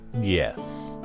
Yes